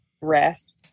rest